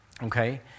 Okay